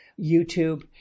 YouTube